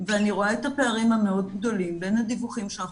אני רואה את הפערים המאוד גדולים שאנחנו